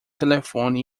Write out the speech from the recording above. telefone